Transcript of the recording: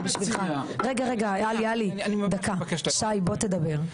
שי בוא תדבר.